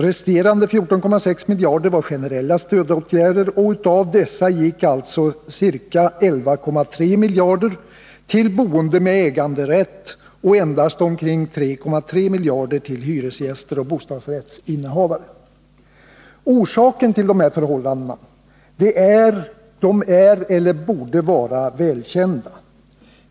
Resterande 14,6 miljarder var generella stödåtgärder, och av dessa gick alltså ca 11,3 miljarder till boende med äganderätt och endast omkring 3,3 miljarder till hyresgäster och bostadsrättsinnehavare. Orsaken till det här förhållandena är eller borde vara välkända.